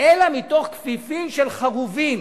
אלא מתוך כפיפים של חרובים".